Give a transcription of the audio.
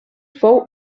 fou